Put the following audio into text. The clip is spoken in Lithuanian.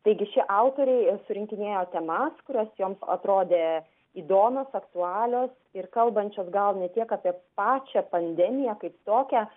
taigi šie autoriai surinkinėjo temas kurios jiems atrodė įdomios aktualios ir kalbančios gal ne tiek apie pačią pandemiją kaip tokią